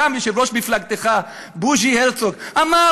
יושב-ראש מפלגתך בוז'י הרצוג כבר אמר